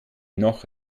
noch